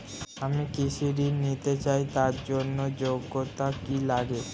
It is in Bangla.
আমি কৃষি ঋণ নিতে চাই তার জন্য যোগ্যতা কি লাগে?